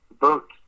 boat